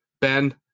Ben